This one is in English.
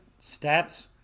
stats